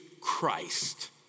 Christ